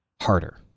harder